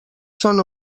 són